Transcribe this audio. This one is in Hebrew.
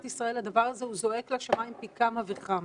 ישראל הדבר הזה זועק לשמים פי כמה וכמה.